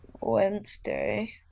Wednesday